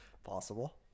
possible